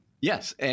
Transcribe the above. Yes